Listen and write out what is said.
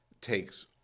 takes